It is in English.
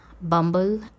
Bumble